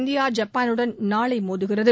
India ஐப்பானுடன் நாளை மோதுகிறது